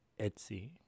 Etsy